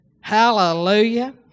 Hallelujah